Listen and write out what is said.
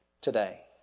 today